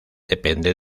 depende